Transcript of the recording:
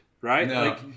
right